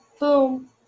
Boom